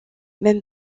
même